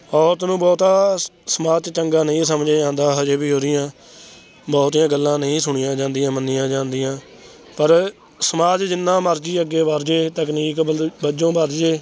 ਔਰਤ ਨੂੰ ਬਹੁਤਾ ਸ ਸਮਾਜ 'ਚ ਚੰਗਾ ਨਹੀਂ ਸਮਝਿਆ ਜਾਂਦਾ ਹਜੇ ਵੀ ਉਹਦੀਆਂ ਬਹੁਤੀਆਂ ਗੱਲਾਂ ਨਹੀਂ ਸੁਣੀਆਂ ਜਾਂਦੀਆਂ ਮੰਨੀਆਂ ਜਾਂਦੀਆਂ ਪਰ ਸਮਾਜ ਜਿੰਨਾ ਮਰਜ਼ੀ ਅੱਗੇ ਵਰਜੇ ਤਕਨੀਕ ਵਜੋਂ ਵਰਜੇ